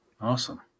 Awesome